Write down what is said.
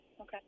Okay